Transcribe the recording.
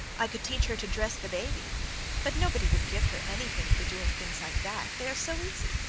i could teach her to dress the baby but nobody would give her anything for doing things like that they are so easy.